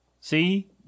See